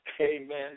Amen